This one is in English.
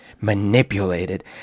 manipulated